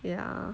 ya